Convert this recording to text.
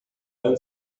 then